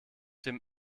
dem